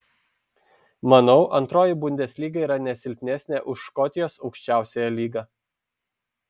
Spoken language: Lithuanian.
manau antroji bundeslyga yra ne silpnesnė už škotijos aukščiausiąją lygą